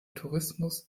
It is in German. tourismus